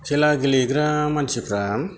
खेला गेलेग्रा मानसिफोरा